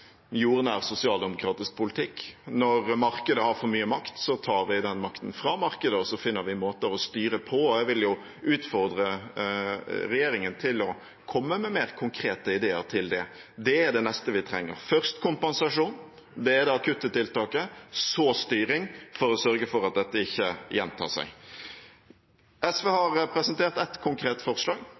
jordnær, sosialdemokratisk politikk: Når markedet har for mye makt, tar vi den makten fra markedet, og så finner vi måter å styre på. Jeg vil utfordre regjeringen til å komme med mer konkrete ideer til det. Det er det neste vi trenger: først kompensasjon – det er det akutte tiltaket – så styring, for å sørge for at dette ikke gjentar seg. SV har presentert et konkret forslag: